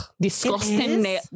disgusting